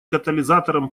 катализатором